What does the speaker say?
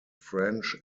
french